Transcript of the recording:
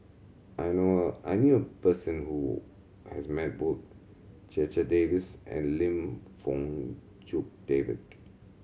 I know a I knew a person who has met both Checha Davies and Lim Fong Jock David